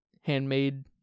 handmade